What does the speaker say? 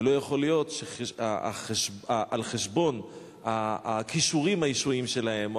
ולא יכול להיות שעל חשבון הכישורים שלהם או